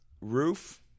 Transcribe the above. roof